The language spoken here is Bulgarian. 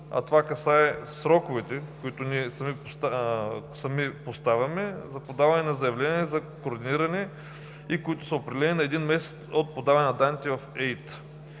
а това касае сроковете, които ние сами поставяме за подаване на заявления за координиране и които са определени на един месец от подаване на данните в ЕИТ.